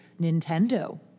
Nintendo